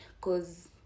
cause